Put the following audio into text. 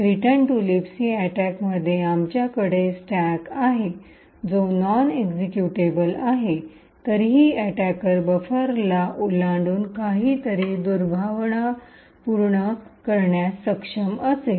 return to libc अटैकमध्ये आमच्याकडे stack आहे जो नॉन एस्कीक्यूटेबल आहे तरीही अटैकर बफरला ओलांडून काहीतरी दुर्भावनापूर्ण मलिशस करण्यास सक्षम असेल